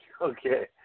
Okay